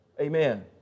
Amen